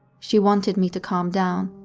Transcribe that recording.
she wanted me to calm down.